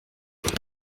avuga